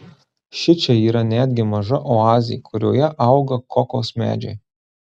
šičia yra netgi maža oazė kurioje auga kokos medžiai